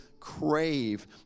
crave